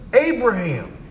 Abraham